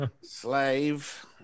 Slave